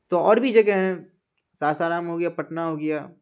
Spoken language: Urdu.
تو اور بھی جگہ ہیں ساسارام ہو گیا پٹنہ ہو گیا